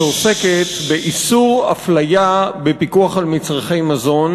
שעוסקת באיסור הפליה בפיקוח על מצרכי מזון.